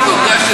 אז